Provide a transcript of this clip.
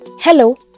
Hello